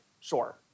sure